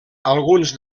alguns